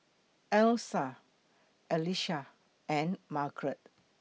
Alysa Elissa and Margaret